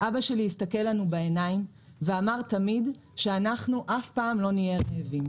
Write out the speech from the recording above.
אבא שלי הסתכל לנו בעיניים ואמר תמיד שאנחנו אף פעם לא נהיה רעבים,